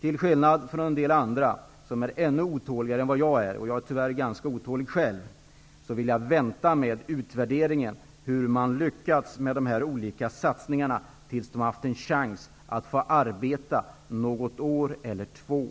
Till skillnad från en del andra, som är ännu otåligare än vad jag är -- jag är tyvärr ganska otålig -- vill jag vänta med utvärderingen av hur man har lyckats med de olika satsningarna tills arbetet har bedrivits något år eller mer.